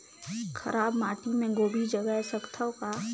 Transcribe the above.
खराब माटी मे गोभी जगाय सकथव का?